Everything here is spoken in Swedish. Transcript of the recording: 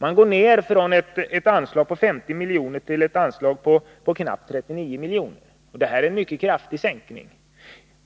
Man går ner från ett anslag på 50 milj.kr. till ett anslag på knappt 39 milj.kr., och det är en mycket kraftig sänkning.